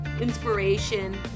inspiration